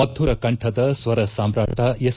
ಮಧುರ ಕಂಠದ ಸ್ವರ ಸಾಮ್ರಾಟ ಎಸ್